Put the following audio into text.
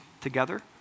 together